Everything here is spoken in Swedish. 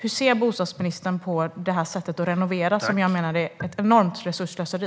Hur ser bostadsministern på det här sättet att renovera, som jag menar är ett enormt resursslöseri?